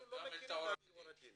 אנחנו לא מכירים עורך דין.